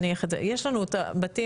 יש לנו את הבתים,